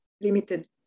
limited